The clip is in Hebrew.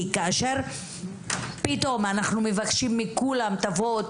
כי כאשר פתאום אנחנו מבקשים מכולם תבואו,